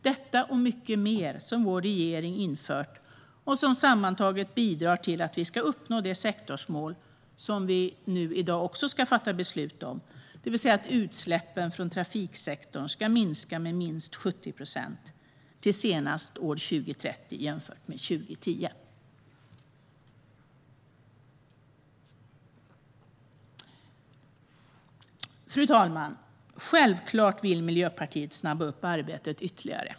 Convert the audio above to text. Detta och mycket mer har vår regering infört, och det bidrar sammantaget till att vi ska uppnå det sektorsmål som vi i dag också ska fatta beslut om. Det handlar om att utsläppen från trafiksektorn ska minska med minst 70 procent till senast år 2030 jämfört med 2010. Fru talman! Självklart vill Miljöpartiet snabba upp arbetet ytterligare.